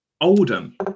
Oldham